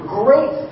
great